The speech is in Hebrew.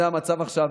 זה המצב עכשיו,